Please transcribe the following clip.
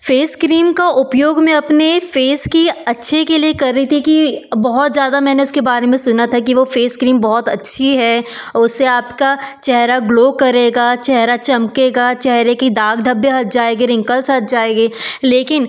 face cream का उपयोग मैं अपने फेस की अच्छे के लिए कर रही थी की बहुत ज़्यादा मैंने उसके बारे में सुना था कि वह फेस क्रीम बहुत अच्छी है उससे आपका चेहरा ग्लो करेगा चेहरा चमकेगा चेहरे की दाग धब्बे हट जाएंगे रिंकल्स हट जाएंगे लेकिन